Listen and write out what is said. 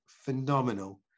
Phenomenal